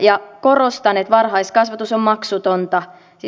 ja korostan että varhaiskasvatus on